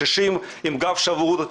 60 עם גב שבור,